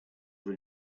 were